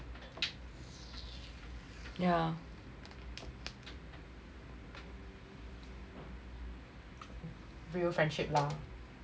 real friendship lah